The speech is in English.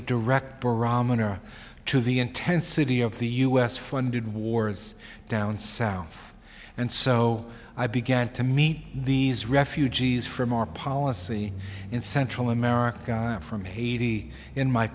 a direct barometer to the intensity of the u s funded wars down south and so i began to meet these refugees from our policy in central america from haiti in my